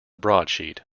broadsheet